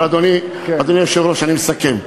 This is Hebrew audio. אבל, אדוני, אדוני היושב-ראש, אני מסכם.